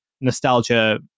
nostalgia